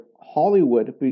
Hollywood